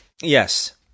Yes